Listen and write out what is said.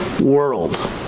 world